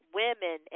women